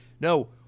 No